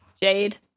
Jade